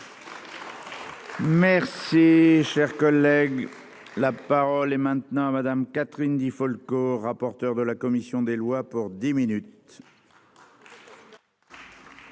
Merci cher collègue là. Parole est maintenant à Madame, Catherine Di Folco, rapporteur de la commission des lois pour 10 minutes.